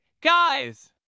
Guys